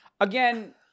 Again